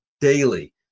daily